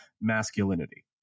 masculinity